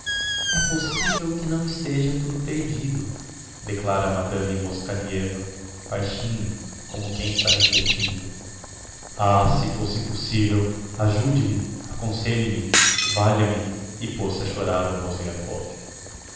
é possivel que não esteja tudo perdido declara madame moskalieva baixinho como quem está reflectindo ah se fosse possivel ajude me aconselhe-me valha-me e pôs-se a chorar o mozgliakov